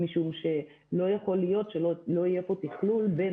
משום שלא יכול להיות שלא יהיה פה תכלול בין